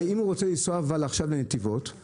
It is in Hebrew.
אבל אם הוא רוצה לנסוע לנתיבות או לאופקים,